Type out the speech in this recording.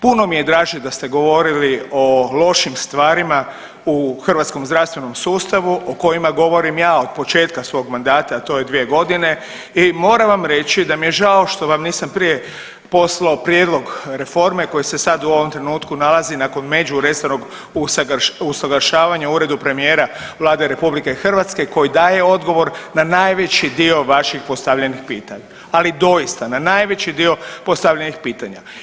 Puno mi je draže da ste govorili o lošim stvarima u hrvatskom zdravstvenom sustavu o kojima govorim ja od početka svog mandata, a to je dvije godine i moram vam reći da mi je žao što vam nisam prije poslao prijedlog reforme koji se sada u ovom trenutku nalazi nakon međuresornog usuglašavanja u Uredu premijera Vlade RH koji daje odgovor na najveći dio vaših postavljenih pitanja, ali doista na najveći dio postavljenih pitanja.